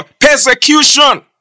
persecution